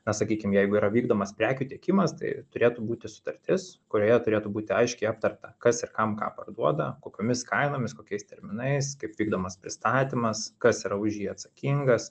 na sakykim jeigu yra vykdomas prekių tiekimas tai turėtų būti sutartis kurioje turėtų būti aiškiai aptarta kas ir kam ką parduoda kokiomis kainomis kokiais terminais kaip vykdomas pristatymas kas yra už jį atsakingas